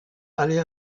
allait